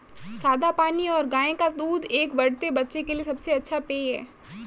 सादा पानी और गाय का दूध एक बढ़ते बच्चे के लिए सबसे अच्छा पेय हैं